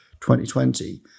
2020